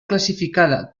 classificada